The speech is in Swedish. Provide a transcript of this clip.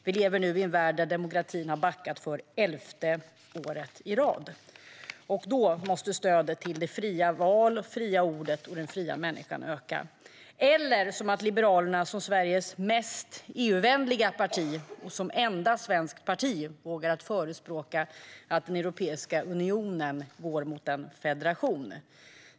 Vi lever nu i en värld där demokratin har backat för elfte året i rad. Då måste stödet till fria val, till det fria ordet och till den fria människan öka. Det handlar också om att Liberalerna, som Sveriges mest EU-vänliga parti och som enda svenskt parti, vågar förespråka att Europeiska unionen går mot en federation.